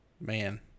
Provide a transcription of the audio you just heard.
man